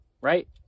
right